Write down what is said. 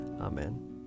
Amen